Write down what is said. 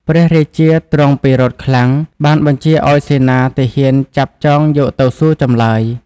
ព្រះរាជាទ្រង់ព្រះពិរោធខ្លាំង បានបញ្ជាឲ្យសេនាទាហានចាប់ចងយកទៅសួរចម្លើយ។